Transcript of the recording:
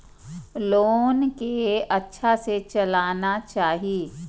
Loan के अच्छा से चलाना चाहि?